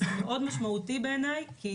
זה משמעותי מאוד בעיניי, כי